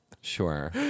Sure